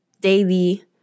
daily